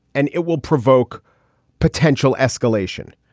and it will provoke potential escalation.